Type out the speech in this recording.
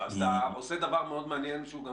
אתה עושה דבר מאוד מעניין שהוא גם